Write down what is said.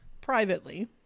privately